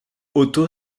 otto